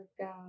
God